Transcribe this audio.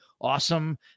awesome